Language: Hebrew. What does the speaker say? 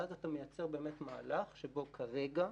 ואז אתה מייצר באמת מהלך שבו כרגע,